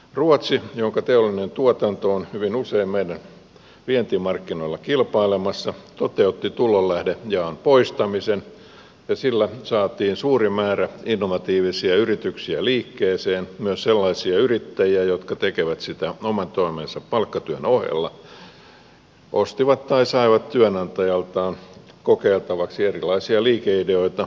ruotsi jonka teollinen tuotanto on hyvin usein meidän vientimarkkinoillamme kilpailemassa toteutti tulonlähdejaon poistamisen ja sillä saatiin suuri määrä innovatiivisia yrityksiä liikkeeseen myös sellaisia yrittäjiä jotka tekevät sitä oman toimensa palkkatyön ohella jotka ostivat tai saivat työnantajaltaan kokeiltavaksi erilaisia liikeideoita